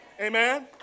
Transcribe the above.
Amen